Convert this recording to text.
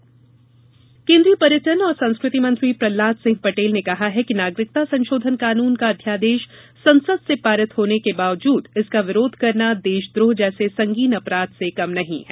मंत्री पटेल बयान केन्द्रीय पर्यटन और संस्कृति मंत्री प्रहलाद सिंह पटेल ने कहा है कि नागरिकता संशोधन कानून का अध्यादेश संसद से पारित होने के बावजूद इसका विरोध करना देशद्रोह जैसे संगीन अपराध से कम नहीं है